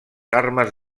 armes